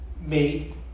made